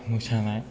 मोसानाय